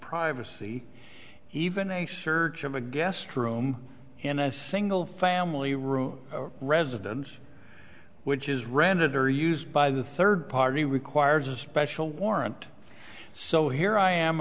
privacy even a search of a guest room in a single family room or residence which is rented or used by the third party requires a special warrant so here i am